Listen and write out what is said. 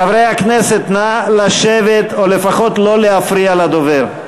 חברי הכנסת, נא לשבת, או לפחות לא להפריע לדובר.